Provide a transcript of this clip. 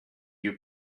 you